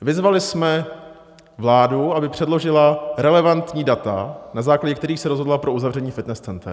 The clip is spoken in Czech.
Vyzvali jsme vládu, aby předložila relevantní data, na základě kterých se rozhodla pro uzavření fitness center.